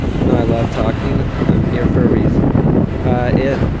and i love talking. i'm here for a reason it